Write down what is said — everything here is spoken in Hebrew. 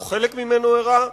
או חלק ממנו הראה